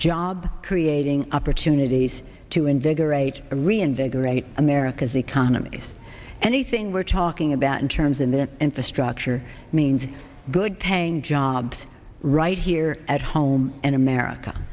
job creating opportunities to invigorated to reinvigorate america's economy is anything we're talking about in terms in the infrastructure means good paying jobs right here at home and america